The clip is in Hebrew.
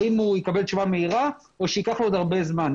האם הוא יקבל תשובה מהירה או שייקח לו עוד הרבה זמן.